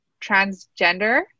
transgender